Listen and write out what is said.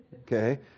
Okay